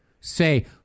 say